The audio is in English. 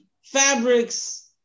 Fabrics